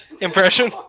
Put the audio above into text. impression